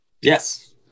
Yes